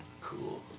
Cool